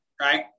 right